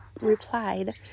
replied